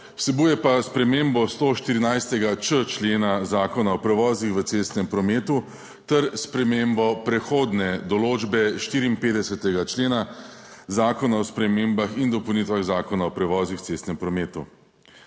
Vsebuje pa spremembo 114.č člena Zakona o prevozih v cestnem prometu ter spremembo prehodne določbe 54. člena Zakona o spremembah in dopolnitvah Zakona o prevozih v cestnem prometu.